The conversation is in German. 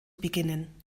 beginnen